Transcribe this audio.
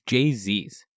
Jay-Z's